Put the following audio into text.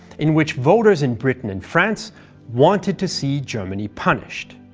in which voters in britain and france wanted to see germany punished.